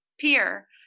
peer